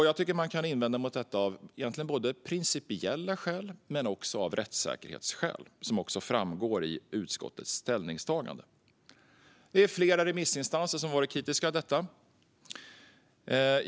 Jag tycker att man kan invända mot detta av egentligen både principiella skäl och rättssäkerhetsskäl, vilket också framgår i utskottets ställningstagande. Flera remissinstanser har varit kritiska till förslaget.